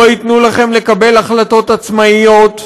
לא ייתנו לכם לקבל החלטות עצמאיות.